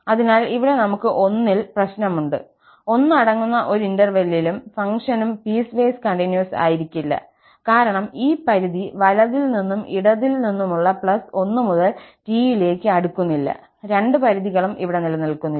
അതിനാൽ ഇവിടെ നമുക്ക് 1 ൽ പ്രശ്നമുണ്ട് 1 അടങ്ങുന്ന ഒരു ഇന്റർവെല്ലിലും ഫംഗ്ഷനും പീസ്വേസ് കണ്ടിന്യൂസ് ആയിരിക്കില്ല കാരണം ഈ പരിധി വലത് കൈയിൽ നിന്നും ഇടത് കൈയിൽ നിന്നുമുള്ള പ്ലസ് 1 മുതൽ t യിലേക്ക് അടുക്കുന്നില്ല രണ്ട് പരിധികളും ഇവിടെ നിലനിൽക്കുന്നില്ല